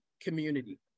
community